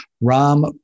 Ram